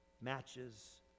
matches